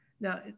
now